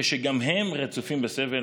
כשגם הם רצופים בסבל?